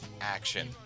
action